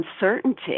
uncertainty